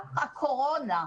במהלך הקורונה.